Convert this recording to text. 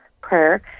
prayer